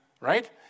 Right